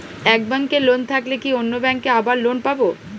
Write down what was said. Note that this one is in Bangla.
এক ব্যাঙ্কে লোন থাকলে কি অন্য ব্যাঙ্কে আবার লোন পাব?